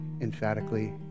Emphatically